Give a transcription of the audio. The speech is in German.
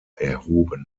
erhoben